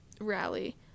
rally